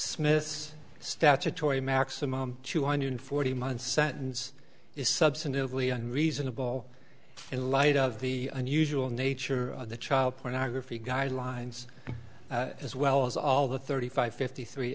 smith's statutory maximum two hundred forty month sentence is substantively and reasonable in light of the unusual nature of the child pornography guidelines as well as all the thirty five fifty three